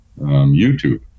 YouTube